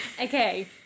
okay